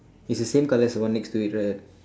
it's the same colour as the one next to it right